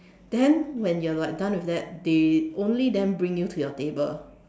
then when you're like done with that they only then bring you to your table